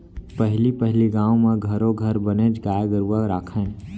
पहली पहिली गाँव म घरो घर बनेच गाय गरूवा राखयँ